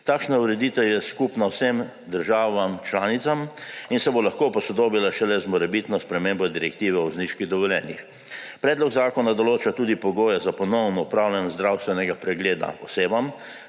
Takšna ureditev je skupna vsem državam članicam in se bo lahko posodobila šele z morebitno spremembo direktive o vozniških dovoljenjih. Predlog zakona določa tudi pogoje za ponovno opravljanje zdravstvenega pregleda osebam,